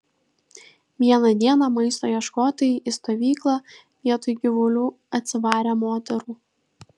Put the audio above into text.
vieną dieną maisto ieškotojai į stovyklą vietoj gyvulių atsivarė moterų